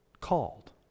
Called